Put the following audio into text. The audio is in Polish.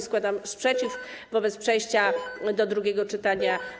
Składam sprzeciw wobec przejścia od ręki do drugiego czytania.